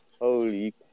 Holy